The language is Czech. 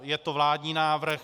Je to vládní návrh.